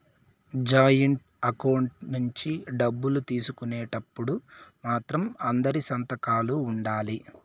joint account నుంచి డబ్బులు తీసుకునేటప్పుడు మాత్రం అందరి సంతకాలు ఉండాలి